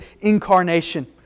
incarnation